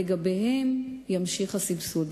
לגביהן יימשך הסבסוד.